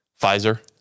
Pfizer